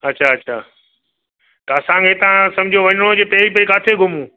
अछा अछा त असांखे हितां सम्झो वञिणो हुजे पहिरीं पहिरीं काथे घुमूं